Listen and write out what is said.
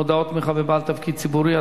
מודעת תמיכה בבעל תפקיד ציבורי),